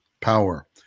power